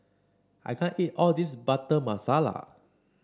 I can't eat all this Butter Masala